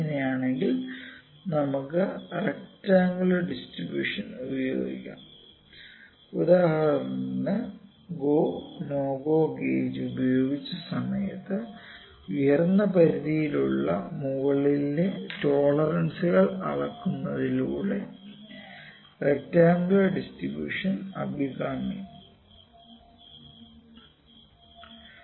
ഇങ്ങനെയാണെങ്കിൽ നമുക്ക് rectangular distribution ഉപയോഗിക്കാം ഉദാഹരണത്തിന് ഗോ നോ ഗോ ഗേജ് ഉപയോഗിച്ച സമയത്ത് ഉയർന്ന പരിധിയിലുള്ള മുകളിലെ ടോളറൻസുകൾ അളക്കുന്നതിലൂടെ റെക്ടറാങ്കുലർ ഡിസ്ട്രിബൂഷൻമാണ് അഭികാമ്യം